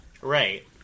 Right